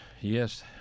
Yes